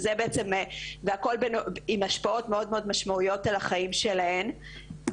והכל עם השפעות מאוד משמעותיות על החיים שלהן.